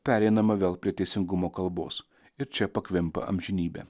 pereinama vėl prie teisingumo kalbos ir čia pakvimpa amžinybe